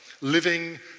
living